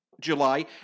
July